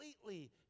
completely